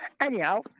Anyhow